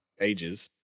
ages